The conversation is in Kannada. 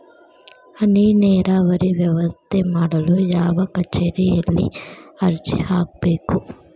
ಹನಿ ನೇರಾವರಿ ವ್ಯವಸ್ಥೆ ಮಾಡಲು ಯಾವ ಕಚೇರಿಯಲ್ಲಿ ಅರ್ಜಿ ಹಾಕಬೇಕು?